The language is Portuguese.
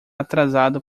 atrasado